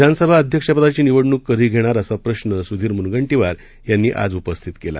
विधानसभा अध्यक्षपदाची निवडणूक कधी घेणार असा प्रश्र सुधीर मुनगंटीवार यांनी आज उपस्थित केला